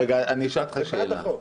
אשאל אותך שאלה.